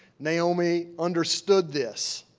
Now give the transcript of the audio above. naomi understood this.